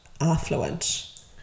affluent